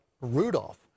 Rudolph